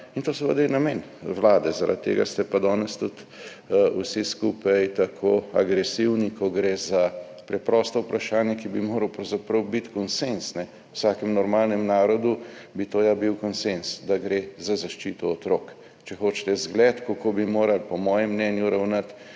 In to seveda je namen vlade, zaradi tega ste pa danes tudi vsi skupaj tako agresivni, ko gre za preprosto vprašanje, ki bi moralo pravzaprav biti konsenz. V vsakem normalnem narodu bi to ja bil konsenz, da gre za zaščito otrok. Če hočete zgled, kako bi morali po mojem mnenju ravnati,